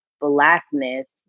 Blackness